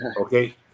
Okay